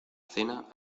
cena